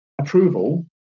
approval